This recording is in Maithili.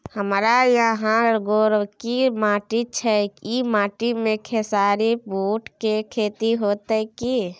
हमारा यहाँ गोरकी माटी छै ई माटी में खेसारी, बूट के खेती हौते की?